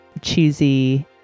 cheesy